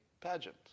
pageant